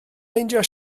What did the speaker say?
meindio